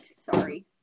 sorry